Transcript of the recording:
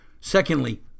Secondly